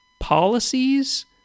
policies